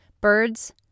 birds